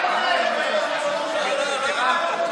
אמרה: לא